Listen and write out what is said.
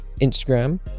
Instagram